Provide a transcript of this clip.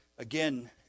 Again